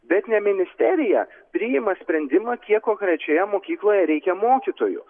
bet ne ministerija priima sprendimą kiek konkrečioje mokykloje reikia mokytojų